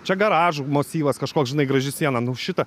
čia garažų masyvas kažkoks žinai graži siena nu šita